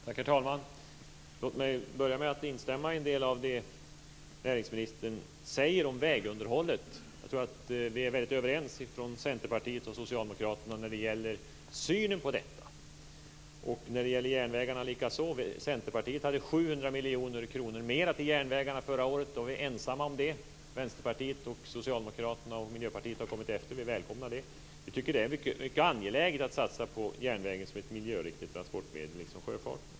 Herr talman! Låt mig börja med att instämma i en del av det näringsministern säger om vägunderhållet. Jag tror att Centerpartiet och Socialdemokraterna är överens när det gäller synen på detta. Det gäller också järnvägarna. Centerpartiet föreslog 700 miljoner kronor mer till järnvägarna förra året. Då var vi ensamma om det. Vänsterpartiet, Socialdemokraterna och Miljöpartiet har kommit efter. Vi välkomnar det. Vi tycker att det är mycket angeläget att satsa på järnvägen som ett miljöriktigt transportmedel, liksom på sjöfarten.